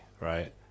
right